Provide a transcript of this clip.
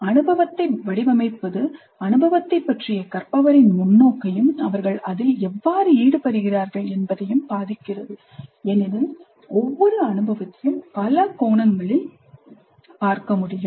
அனுபவத்தை வடிவமைப்பது அனுபவத்தைப் பற்றிய கற்பவரின் முன்னோக்கையும் அவர்கள் அதில் எவ்வாறு ஈடுபடுகிறார்கள் என்பதையும் பாதிக்கிறது ஏனெனில் ஒவ்வொரு அனுபவத்தையும் பல கோணங்களில் பார்க்க முடியும்